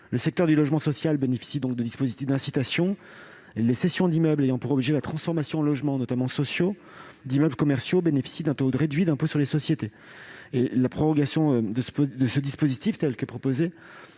Le secteur du logement social profite donc de dispositifs d'incitation. Les cessions ayant pour objet la transformation en logements, notamment sociaux, d'immeubles commerciaux bénéficient d'un taux réduit d'impôt sur les sociétés. La prorogation de ce dispositif n'est pas